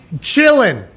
chilling